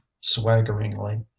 swaggeringly